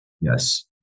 Yes